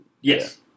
Yes